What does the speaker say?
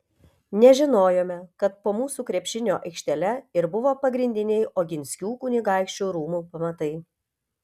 nežinojome kad po mūsų krepšinio aikštele ir buvo pagrindiniai oginskių kunigaikščių rūmų pamatai